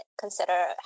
consider